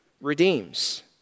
redeems